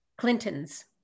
Clintons